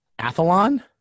athlon